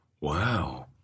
Wow